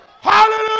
hallelujah